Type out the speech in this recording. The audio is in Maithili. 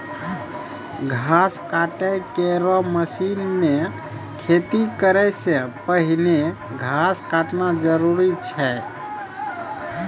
घास काटै केरो मसीन सें खेती करै सें पहिने घास काटना जरूरी होय छै?